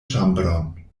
ĉambron